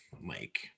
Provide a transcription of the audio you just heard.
Mike